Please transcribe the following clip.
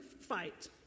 fight